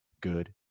good